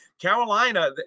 Carolina